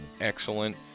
excellent